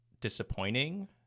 disappointing